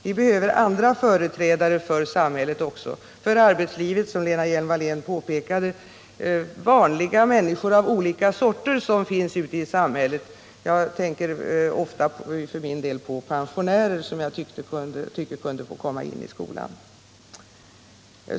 Vi behöver också andra företrädare för samhället, för arbetslivet — som Lena Hjelm-Wallén påpekade —, vanliga människor av olika ålder som finns ute i samhället. Jag tänker för min del ofta på pensionärer, som jag tycker kunde få komma in i skolan.